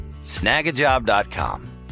Snagajob.com